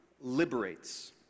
liberates